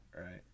right